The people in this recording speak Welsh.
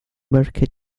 merched